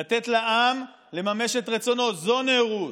לתת לעם לממש את רצונו, זו נאורות.